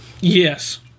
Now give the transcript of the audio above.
yes